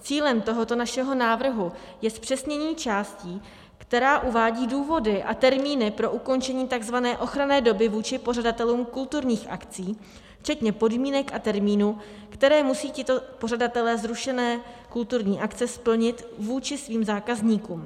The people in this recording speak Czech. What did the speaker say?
Cílem tohoto našeho návrhu je zpřesnění části, která uvádí důvody a termíny pro ukončení tzv. ochranné doby vůči pořadatelům kulturních akcí včetně podmínek a termínů, které musí tito pořadatelé zrušené kulturní akce splnit vůči svým zákazníkům.